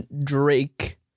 Drake